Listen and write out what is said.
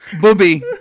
Booby